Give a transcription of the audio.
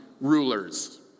rulers